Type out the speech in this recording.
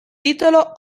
titolo